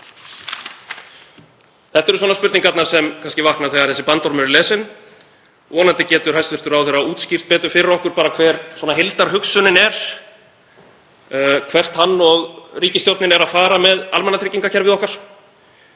Þetta eru spurningar sem vakna þegar þessi bandormur er lesinn. Vonandi getur hæstv. ráðherra útskýrt betur fyrir okkur hver heildarhugsunin er, hvert hann og ríkisstjórnin eru að fara með almannatryggingakerfið okkar.